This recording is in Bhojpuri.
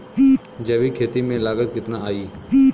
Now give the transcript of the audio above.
जैविक खेती में लागत कितना आई?